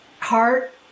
Heart